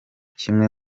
kimwe